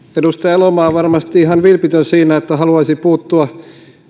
edustaja elomaa on varmasti ihan vilpitön siinä että haluaisi puuttua esimerkiksi